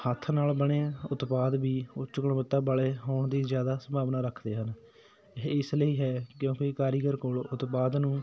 ਹੱਥ ਨਾਲ ਬਣੇ ਉਤਪਾਦ ਵੀ ਉੱਚ ਗੁਣਵੱਤਾ ਵਾਲੇ ਹੋਣ ਦੀ ਜ਼ਿਆਦਾ ਸੰਭਾਵਨਾ ਰੱਖਦੇ ਹਨ ਇਹ ਇਸ ਲਈ ਹੈ ਕਿਉਂਕਿ ਕਾਰੀਗਰ ਕੋਲੋਂ ਉਤਪਾਦ ਨੂੰ